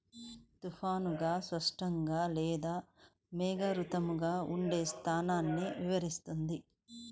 తుఫానుగా, స్పష్టంగా లేదా మేఘావృతంగా ఉండే స్థాయిని వివరిస్తుంది